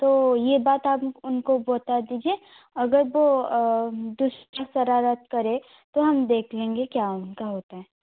तो ये बात आप उनको बता दीजिए अगर वो दूसरी शरारत करें तो हम देख लेंगे क्या उनका होता है